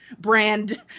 brand